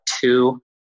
two